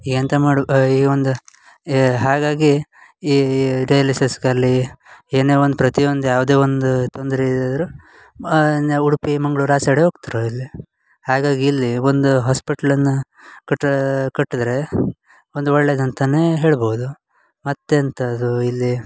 ಎಂತ ಮಾಡು ಈಗ ಒಂದು ಯಾ ಹಾಗಾಗಿ ಈ ಡಯಾಲಿಸಿಸ್ಗಲ್ಲಿ ಏನೇ ಒಂದು ಪ್ರತಿಯೊಂದು ಯಾವುದೇ ಒಂದು ತೊಂದರೆ ಇದಾದರೂ ನ್ಯ ಉಡುಪಿ ಮಂಗ್ಳೂರು ಆ ಸೈಡ್ ಹೋಗ್ತ್ರು ಅಲ್ಲಿ ಹಾಗಾಗಿ ಇಲ್ಲಿ ಒಂದು ಹಾಸ್ಪಿಟ್ಲನ್ನು ಕಟ್ಟಿ ಕಟ್ಟಿದ್ರೆ ಒಂದು ಒಳ್ಳೆದಂತಲೇ ಹೇಳ್ಬೌದು ಮತ್ತು ಎಂತದು ಇಲ್ಲಿ